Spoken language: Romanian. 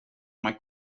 mai